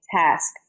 task